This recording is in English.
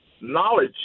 knowledge